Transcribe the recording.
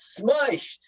smushed